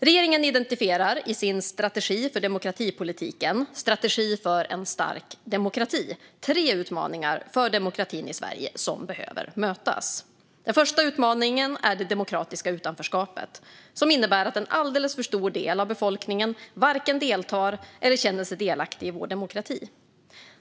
Regeringen identifierar i sin strategi för demokratipolitiken, Strategi för en stark demokrati , tre utmaningar för demokratin i Sverige som behöver mötas. Den första utmaningen är det demokratiska utanförskapet som innebär att en alldeles för stor del av befolkningen varken deltar eller känner sig delaktig i vår demokrati.